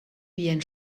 bien